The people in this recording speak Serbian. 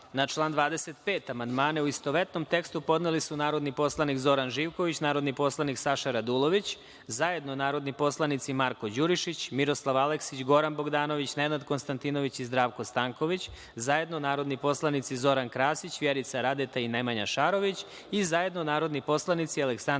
član 25. amandmane, u istovetnom tekstu, podneli su narodni poslanik Zoran Živković, narodni poslanik Saša Radulović, zajedno narodni poslanici Marko Đurišić, Miroslav Aleksić, Goran Bogdanović, Nenad Konstantinović i Zdravko Stanković i zajedno narodni poslanici Zoran Krasić, Vjerica Radeta i Nemanja Šarović i zajedno narodni poslanici Aleksandra